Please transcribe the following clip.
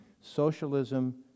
Socialism